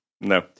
No